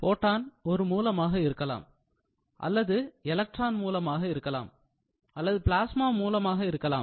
போட்டான் ஒரு மூலமாக இருக்கலாம் அல்லது எலக்ட்ரான் மூலமாக இருக்கலாம் அல்லது பிளாஸ்மா மூலமாக இருக்கலாம்